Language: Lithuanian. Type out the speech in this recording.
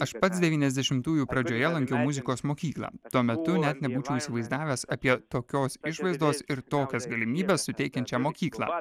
aš pats devyniasdešimtųjų pradžioje lankiau muzikos mokyklą tuo metu net nebūčiau įsivaizdavęs apie tokios išvaizdos ir tokias galimybes suteikiančią mokyklą